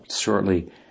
shortly